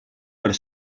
per